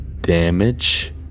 damage